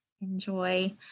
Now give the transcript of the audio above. enjoy